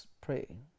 pray